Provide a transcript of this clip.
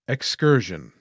Excursion